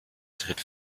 tritt